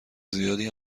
زیادی